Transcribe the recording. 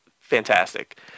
fantastic